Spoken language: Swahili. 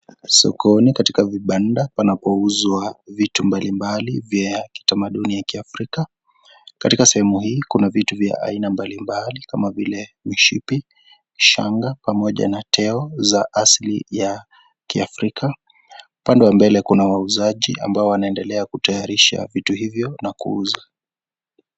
Sokoni katika vibanda panapouzwa vitu mbalimbali vya kitamaduni vya kiafrika. Katika sehemu hii kuna vitu vya aina mbalimbali kama vile mshipi, shanga pamoja na teo za asili ya kiafrika, upande wa mbele kuna wauzaji ambao wanaendelea kutayarisha vitu hivyo na kuuza.